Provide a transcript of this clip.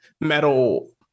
metal